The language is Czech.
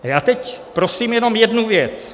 A já teď prosím jenom o jednu věc.